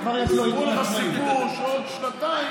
יספרו לך סיפור שעוד שנתיים יעשו להם משהו.